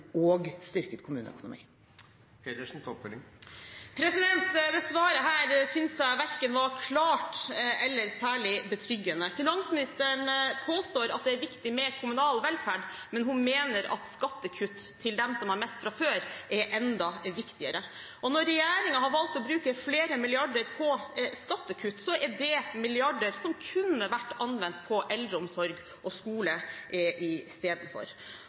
og styrke kommuneøkonomien. Dette svaret syns jeg var verken klart eller særlig betryggende. Finansministeren påstår at det er viktig med kommunal velferd, men hun mener at skattekutt til dem som har mest fra før, er enda viktigere. Når regjeringen har valgt å bruke flere milliarder på skattekutt, er det milliarder som kunne vært anvendt på eldreomsorg og skole